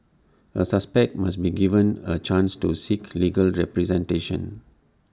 A suspect must be given A chance to seek legal representation